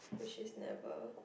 which is never